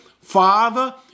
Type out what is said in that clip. Father